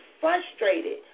frustrated